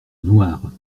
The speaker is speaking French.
noire